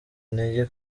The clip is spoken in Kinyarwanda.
intege